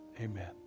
amen